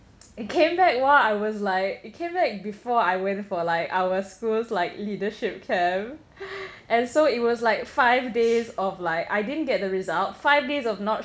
it came back !wah! I was like it came back before I went for like our schools like leadership camp and so it was like five days of like I didn't get the result five days of not